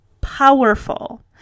Powerful